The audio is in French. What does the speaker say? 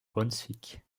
brunswick